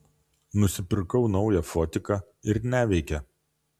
nusipirkau naują fotiką ir neveikia